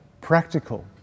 practical